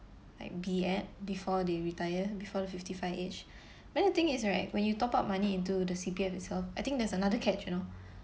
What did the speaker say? like be at before they retire before the fifty five age but the thing is right when you top up money into the C_P_F itself I think there's another catch you know